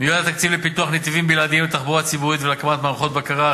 מיועד תקציב לפיתוח נתיבים בלעדיים לתחבורה ציבורית ולהקמת מערכות בקרה,